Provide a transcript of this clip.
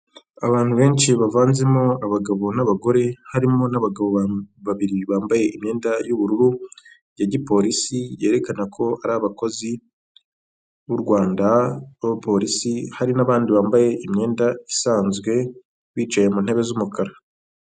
Abantu benshi bavanzemo abagabo n'abagore harimo n'abagabo babiri bambaye imyenda y'ubururu ya gipolisi yerekana ko ari abakozi b'u Rwanda b'abapolisi hari n'abandi bambaye imyenda isanzwe, bicaye mu ntebe z'umukara.